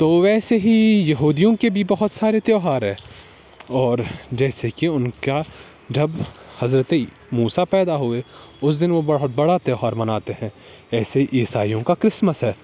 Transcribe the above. تو ویسے ہی یہودیوں کے بھی بہت سارے تہوار ہے اور جیسے کہ ان کا جب حضرت موسیٰ پیدا ہوئے اس دن وہ بہت بڑا تہوار مناتے ہیں ایسے ہی عیسائیوں کا کرسمس ہے